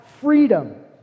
freedom